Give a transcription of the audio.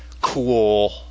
cool